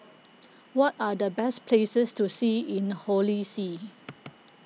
what are the best places to see in Holy See